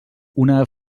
una